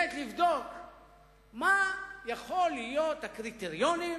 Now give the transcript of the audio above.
לבדוק, מה יכולים להיות הקריטריונים